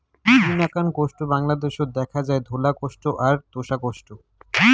দুই নাকান কোষ্টা বাংলাদ্যাশত দ্যাখা যায়, ধওলা কোষ্টা আর তোষা কোষ্টা